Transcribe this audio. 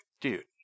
dude